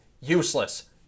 Useless